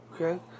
Okay